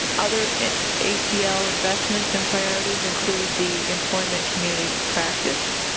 and other acl investments and priorities include the employment communities of practice,